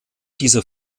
dieser